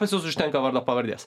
pas juos užtenka vardo pavardės